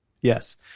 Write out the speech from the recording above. Yes